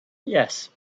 yes